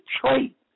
trait